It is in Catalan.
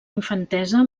infantesa